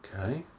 Okay